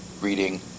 Reading